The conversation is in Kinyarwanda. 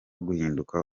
guhinduka